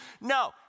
no